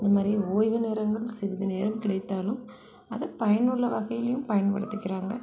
இந்த மாதிரி ஓய்வு நேரங்கள் சிறிது நேரம் கிடைத்தாலும் அதை பயனுள்ள வகையிலும் பயன்படுத்திக்கிறாங்க